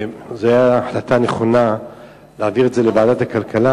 זו היתה החלטה נכונה להעביר את הנושא לוועדת הכלכלה,